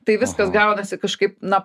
tai viskas gaunasi kažkaip na